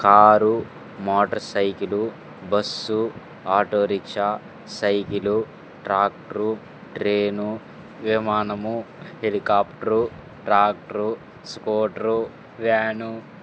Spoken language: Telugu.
car motor cycle bus auto rickshaw cycle tractor train విమానము హెలికాప్టరు ట్రాక్టర్ స్కూటర్ వ్యాను